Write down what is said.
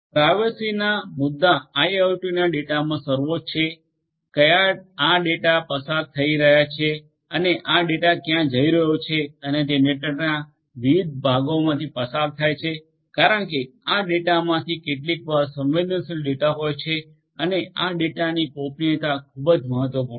privacy ના મુદ્દા IIoT ડેટામાં સર્વોચ્ચ છે ક્યા આ ડેટા પસાર થઈ રહ્યો છે અને આ ડેટા ક્યાં જઈ રહ્યો છે અને તે નેટવર્કના કયા વિવિધ ભાગોમાંથી પસાર થાય છે કારણ કે આ ડેટામા કેટલીકવાર સંવેદનશીલ ડેટા હોય છે અને આ ડેટાની ગોપનીયતા ખૂબ જ મહત્વપૂર્ણ છે